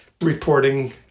reporting